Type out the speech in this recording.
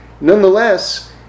Nonetheless